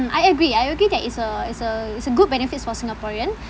I agree I agree that it's a it's a it's a good benefits for singaporean